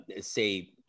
say